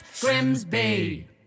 Grimsby